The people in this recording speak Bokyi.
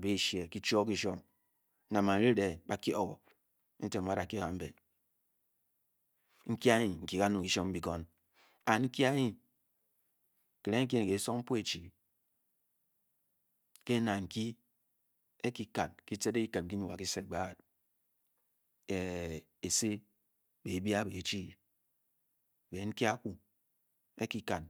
ba yep kan ke nke anye ke sum ke pung kuri eshe babia ebe ba chin